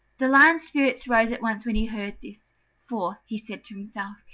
the lion's spirits rose at once when he heard this for, he said to himself,